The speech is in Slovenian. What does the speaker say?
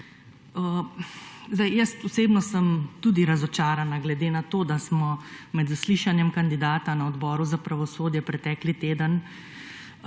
Jaz osebno sem tudi razočarana glede na to, da smo med zaslišanjem kandidata na Odboru za pravosodje pretekli teden